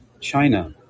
China